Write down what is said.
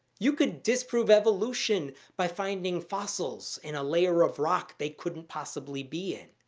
you could disprove evolution by finding fossils in a layer of rock they couldn't possibly be in.